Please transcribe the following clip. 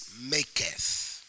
maketh